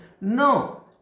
No